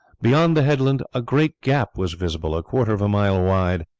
beyond the headland a great gap was visible a quarter of a mile wide,